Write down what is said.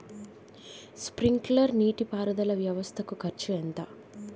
Sprinkler నీటిపారుదల వ్వవస్థ కు ఖర్చు ఎంత?